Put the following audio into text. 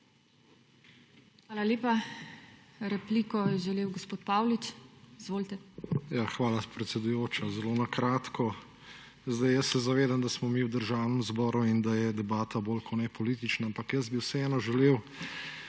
Hvala lepa. Repliko je želel gospod Paulič. Izvolite. EDVARD PAULIČ (PS LMŠ): Hvala, predsedujoča. Zelo na kratko. Jaz se zavedam, da smo mi v Državnem zboru in da je debata bolj kot ne politična, ampak jaz bi vseeno želel